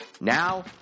Now